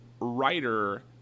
writer